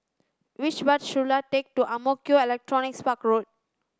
which bus should I take to Ang Mo Kio Electronics Park Road